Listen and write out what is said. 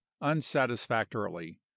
unsatisfactorily